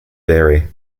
vary